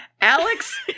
Alex